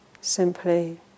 simply